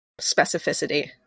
specificity